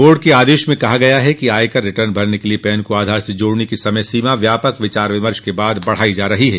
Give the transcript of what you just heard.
board के आदेश में कहा गया है कि आयकर रिटर्न भरने के लिए पैन को आधार से जोड़ने की समय सीमा व्यापक विचार विमर्श के बाद बढ़ाई जा रही है